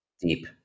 deep